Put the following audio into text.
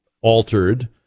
altered